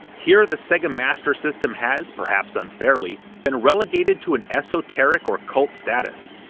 here the sega master system has, perhaps unfairly, been relegated to an esoteric or cult status.